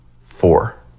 Four